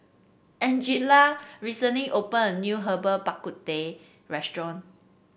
Angella recently opened a new Herbal Bak Ku Teh Restaurant